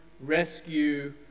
rescue